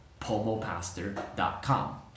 pomopastor.com